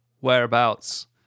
whereabouts